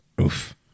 oof